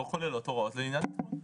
לא כוללות הוראות לעניין עדכון.